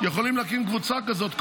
יכולים להקים קבוצה כזאת,